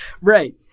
Right